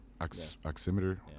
oximeter